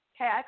Okay